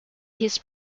his